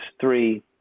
three